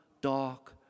dark